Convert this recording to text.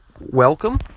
welcome